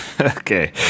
Okay